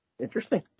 Interesting